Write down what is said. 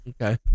okay